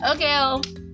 okay